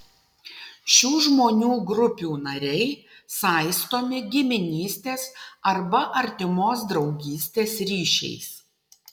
šių žmonių grupių nariai saistomi giminystės arba artimos draugystės ryšiais